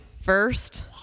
first